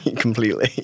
Completely